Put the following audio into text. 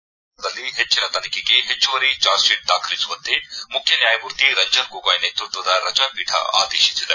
ಕೊಲೆ ಪ್ರಕರಣದಲ್ಲಿ ಹೆಚ್ಚನ ತನಿಖೆಗೆ ಹೆಚ್ಚುವರಿ ಚಾರ್ಜ್ ಶೀಟ್ ದಾಖಲಿಸುವಂತೆ ಮುಖ್ಯನ್ನಾಯಮೂರ್ತಿ ರಂಜನ್ ಗೊಗಾಯ್ ನೇತೃತ್ವದ ರಜಾ ಪೀಠ ಆದೇಶಿಸಿದೆ